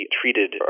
treated